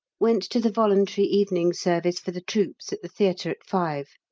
went to the voluntary evening service for the troops at the theatre at five.